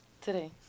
Today